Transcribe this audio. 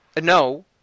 No